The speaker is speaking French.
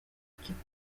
équipe